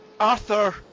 arthur